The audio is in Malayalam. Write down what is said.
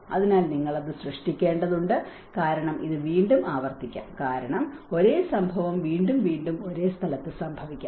അതിനാൽ നിങ്ങൾ അത് സൃഷ്ടിക്കേണ്ടതുണ്ട് കാരണം ഇത് വീണ്ടും ആവർത്തിക്കാം കാരണം ഒരേ സംഭവം വീണ്ടും വീണ്ടും ഒരേ സ്ഥലത്ത് സംഭവിക്കാം